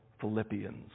Philippians